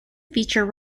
feature